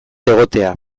egotea